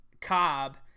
Cobb